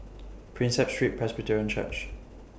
Prinsep Street Presbyterian Church